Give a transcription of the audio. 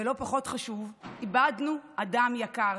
ולא פחות חשוב, איבדנו אדם יקר,